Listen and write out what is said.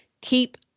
keep